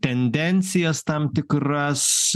tendencijas tam tikras